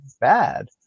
bad